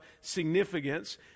significance